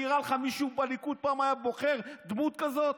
נראה לך שמישהו בליכוד פעם היה בוחר דמות כזאת?